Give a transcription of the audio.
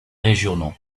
régionaux